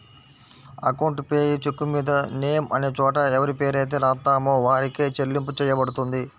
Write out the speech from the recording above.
account payee చెక్కుమీద name అనే చోట ఎవరిపేరైతే రాత్తామో వారికే చెల్లింపు చెయ్యబడుతుంది